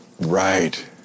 Right